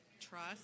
Trust